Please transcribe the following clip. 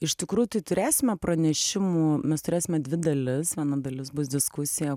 iš tikrųjų tai turėsime pranešimų mes turėsime dvi dalis viena dalis bus diskusija